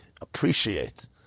appreciate